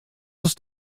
ist